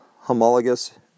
homologous